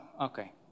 Okay